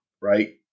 right